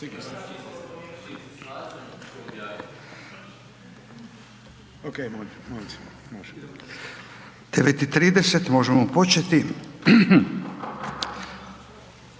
i 30 možemo početi.